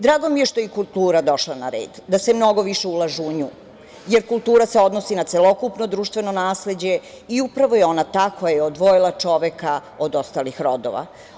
Drago mi je što je i kultura došla na red, da se mnogo više ulaže u nju, jer kultura se odnosi na celokupno društveno nasleđe i upravo je ona ta koja je odvojila čoveka od ostalih rodova.